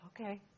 okay